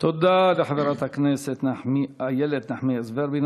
תודה לחברת הכנסת איילת נחמיאס ורבין.